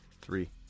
Three